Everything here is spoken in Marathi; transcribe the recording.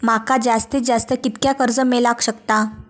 माका जास्तीत जास्त कितक्या कर्ज मेलाक शकता?